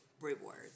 rewards